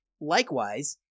likewise